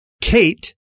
Kate